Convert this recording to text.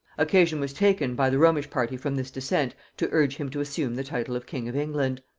occasion was taken by the romish party from this descent to urge him to assume the title of king of england.